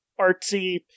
artsy